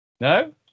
No